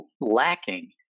lacking